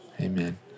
Amen